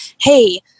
hey